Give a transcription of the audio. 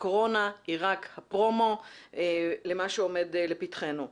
הקורונה היא רק הפרומו למה שעומד לפתחינו.